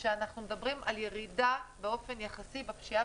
שאנחנו מדברים על ירידה באופן יחסי בפשיעה